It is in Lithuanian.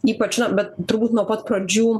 ypač na bet turbūt nuo pat pradžių